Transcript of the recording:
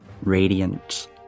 radiant